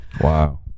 Wow